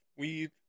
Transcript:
Weed